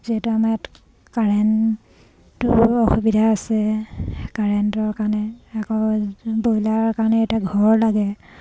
যিহেতু আমাৰ ইয়াত কাৰেণ্টটো অসুবিধা আছে কাৰেণ্টৰ কাৰণে আকৌ ব্ৰইলাৰৰ কাৰণে এতিয়া ঘৰ লাগে